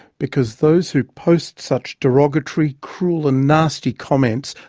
because those who post such derogatory, cruel and nasty comments,